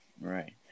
Right